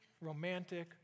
romantic